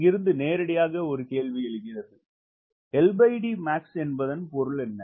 இங்கிருந்து நேரடியாக கேள்வி எழுகிறது LDmax என்பதன் பொருள் என்ன